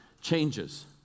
changes